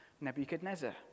Nebuchadnezzar